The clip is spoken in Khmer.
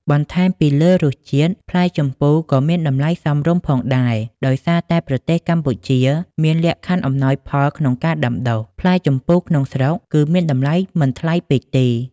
បន្ថែមពីលើរសជាតិ ផ្លែជម្ពូក៏មានតម្លៃសមរម្យផងដែរ ដោយសារតែប្រទេសកម្ពុជាមានលក្ខខណ្ឌអំណោយផលក្នុងការដាំដុះ ផ្លែជម្ពូក្នុងស្រុកគឺមានតម្លៃមិនថ្លៃពេកទេ។